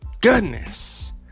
Goodness